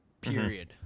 Period